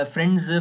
Friends